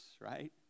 right